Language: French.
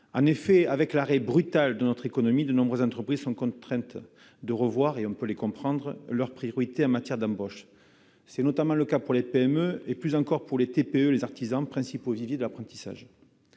jeunes. Avec l'arrêt brutal de notre économie, de nombreuses entreprises sont contraintes de revoir- et on peut les comprendre -leurs priorités en matière d'embauche. C'est notamment le cas des PME, des TPE et des artisans, principaux viviers de l'apprentissage.